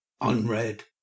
unread